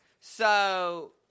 So-